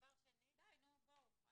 לדבר על שניהם ביחד ולא לפתור אף אחד מהם.